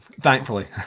Thankfully